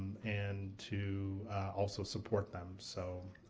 and to also support them. so,